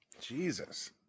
Jesus